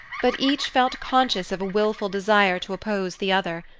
but each felt conscious of a willful desire to oppose the other.